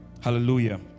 hallelujah